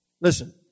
Listen